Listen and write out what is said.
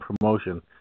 promotion